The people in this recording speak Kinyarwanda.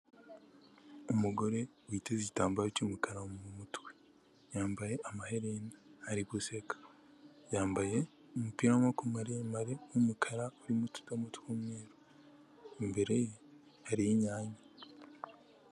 Umugore witeze igitambaro cy'umukara mu mutwe, yambaye amaherene, ari guseka, yambaye umupira w'amaboko maremare w'umukara urimo utudomo tw'umweru, imbere ye hari inyanya.